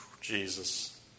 Jesus